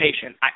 patient